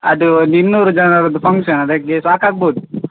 ಅದು ಒಂದು ಇನ್ನೂರು ಜನರದ್ದು ಫಂಕ್ಷನ್ ಅದಕ್ಕೆ ಸಾಕಾಗ್ಬೋದು